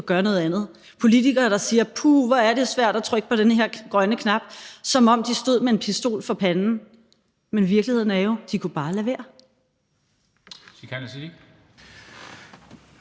politikere, der siger: Puha, hvor er det svært at trykke på den her grønne knap – som om de stod med en pistol for panden. Men virkeligheden er jo, at de bare kunne lade være.